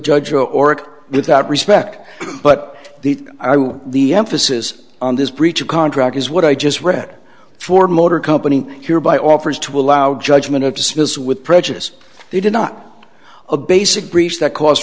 judge a ork without respect but the emphasis on this breach of contract is what i just read for motor company here by offers to allow the judgment of dismiss with prejudice they did not a basic breach that cost